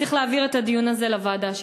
צריך להעביר את הדיון הזה לוועדה שלי.